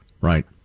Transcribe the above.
Right